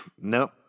Nope